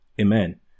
amen